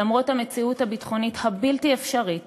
למרות המציאות הביטחונית הבלתי-אפשרית